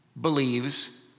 believes